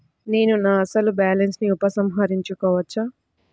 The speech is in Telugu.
నేను నా అసలు బాలన్స్ ని ఉపసంహరించుకోవచ్చా?